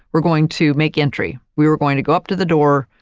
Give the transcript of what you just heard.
were going to make entry. we were going to go up to the door,